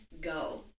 go